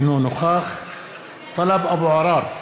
אינו נוכח טלב אבו עראר,